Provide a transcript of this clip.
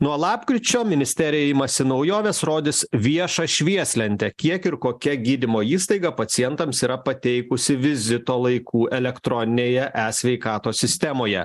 nuo lapkričio ministerija imasi naujovės rodys viešą švieslentę kiek ir kokia gydymo įstaiga pacientams yra pateikusi vizito laikų elektroninėje e sveikatos sistemoje